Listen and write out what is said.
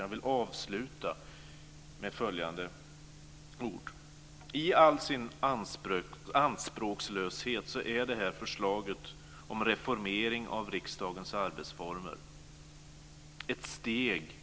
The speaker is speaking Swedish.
Jag vill avsluta med följande ord. I all sin anspråkslöshet är det här förslaget om reformering av riksdagens arbetsformer ett steg